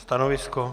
Stanovisko?